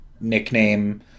nickname